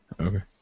Okay